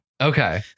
Okay